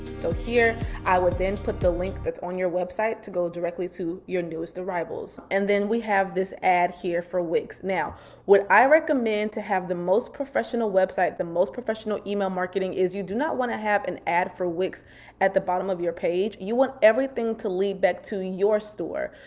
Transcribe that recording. so here i would then put the link that's on your website to go directly to your newest arrivals. and then we have this ad here for wix. now what i recommend to have the most professional website, the most professional email marketing is you do not wanna have an ad for wix at the bottom of your page. you want everything to lead back to your store.